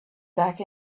back